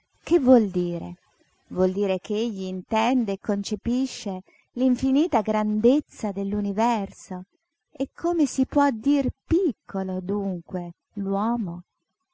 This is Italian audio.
che vuol dire vuol dire ch'egli intende e concepisce l'infinita grandezza dell'universo e come si può dir piccolo dunque